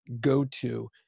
go-to